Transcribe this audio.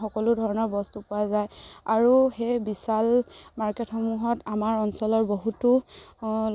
সকলো ধৰণৰ বস্তু পোৱা যায় আৰু সেই বিশাল মাৰ্কেটসমূহত আমাৰ অঞ্চলৰ বহুতো